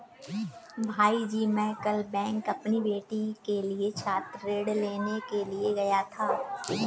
भाईजी मैं कल बैंक अपनी बेटी के लिए छात्र ऋण लेने के लिए गया था